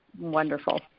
wonderful